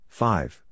five